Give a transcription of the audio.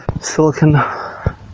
silicon